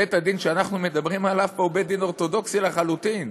בית-הדין שאנחנו מדברים עליו פה הוא בית-דין אורתודוקסי לחלוטין,